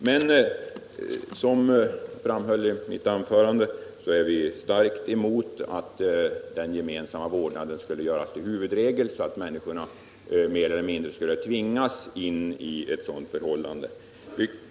Men som jag framhöll i mitt anförande är vi starkt emot att den gemensamma vårdnaden görs till huvudregel, så att människorna mer eller mindre tvingas in i ett sådant förhållande.